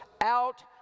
out